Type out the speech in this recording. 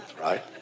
right